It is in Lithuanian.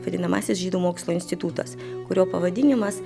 vadinamasis žydų mokslo institutas kurio pavadinimas